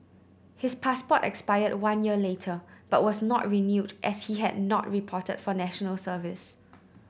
his passport expired one year later but was not renewed as he had not reported for National Service